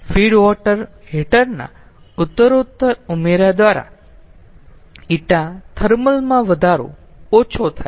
feed water heater ના ઉતરોત્તર ઉમેરા દ્વારા ηthermal માં વધારો ઓછો થાય છે